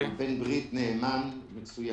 הוא בן ברית נאמן ומצוין.